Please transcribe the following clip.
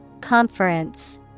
Conference